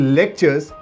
lectures